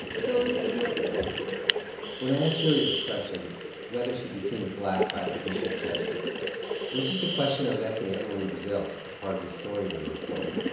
so it it must be black when i asked julia this question whether she'd be seen as black by the commission of judges it was just a question i was asking everyone in brazil as part of this story we were reporting.